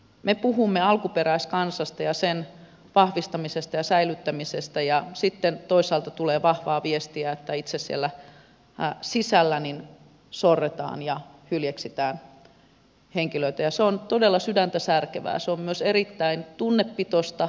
me puhumme alkuperäiskansasta ja sen vahvistamisesta ja säilyttämisestä ja sitten toisaalta tulee vahvaa viestiä että itse siellä sisällä sorretaan ja hyljeksitään henkilöitä ja se on todella sydäntäsärkevää se on myös erittäin tunnepitoista